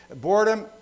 boredom